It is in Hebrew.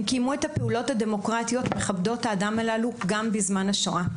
הם קיימו את הפעולות הדמוקרטיות מכבדות האדם הללו גם בזמן השואה.